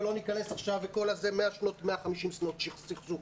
ולא ניכנס עכשיו ל-150 שנות סכסוך.